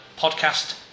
podcast